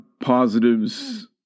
positives